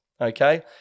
okay